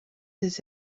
des